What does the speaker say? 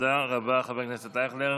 תודה רבה, חבר הכנסת אייכלר.